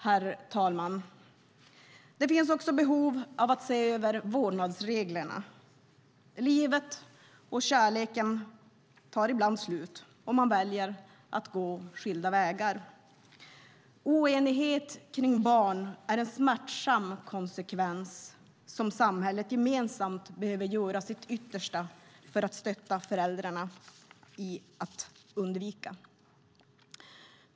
Herr talman! Det finns också behov av att se över vårdnadsreglerna. Kärleken tar ibland slut, och man väljer att gå skilda vägar. Oenigheten kring barn är en smärtsam konsekvens där samhället gemensamt behöver göra sitt yttersta för att stötta föräldrarna i att undvika konflikt.